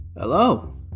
Hello